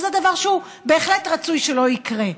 זה דבר שבהחלט רצוי שלא יקרה.